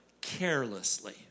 carelessly